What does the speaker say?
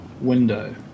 window